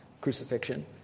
crucifixion